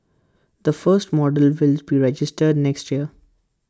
the first models will be registered next year